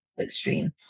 extreme